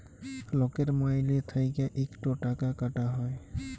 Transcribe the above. লকের মাইলে থ্যাইকে ইকট টাকা কাটা হ্যয়